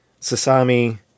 Sasami